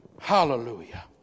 Hallelujah